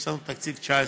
יש לנו תקציב 2019,